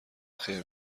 خیر